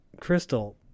Crystal